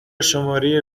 شماره